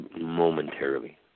momentarily